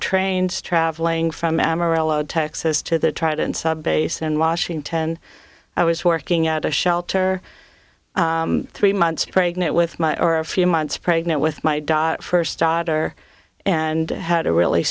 trains traveling from amarillo texas to the tritone sub base and washington i was working at a shelter three months pregnant with my or a few months pregnant with my diet first daughter and had a really